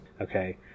Okay